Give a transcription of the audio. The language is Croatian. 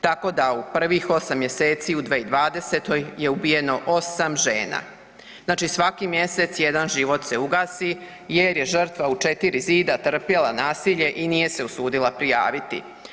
Tako da u prvih 8. mjeseci u 2020. je ubijeno 8 žena, znači svaki mjesec jedan život se ugasi jer je žrtva u 4 zida trpjela nasilje i nije se usudila prijaviti.